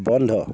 বন্ধ